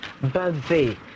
birthday